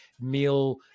meal